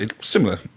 similar